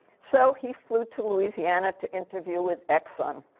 so he flew to louisiana to interview with exxon.